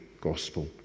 gospel